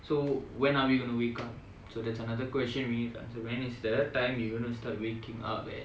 so when are we gonna wake up so that's another question we need to answer when is the time you going to start waking up and